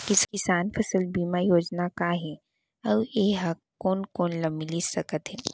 किसान फसल बीमा योजना का हे अऊ ए हा कोन कोन ला मिलिस सकत हे?